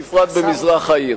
בפרט במזרח העיר.